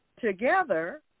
Together